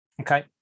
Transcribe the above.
okay